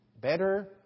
better